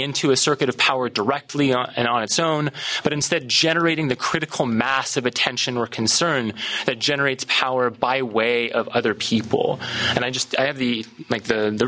into a circuit of power directly on and on its own but instead generating the critical mass of attention or concern that generates power by way of other people and i just i have the like the the